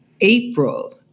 April